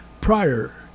prior